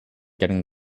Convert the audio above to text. getting